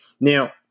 Now